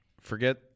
Forget